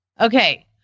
Okay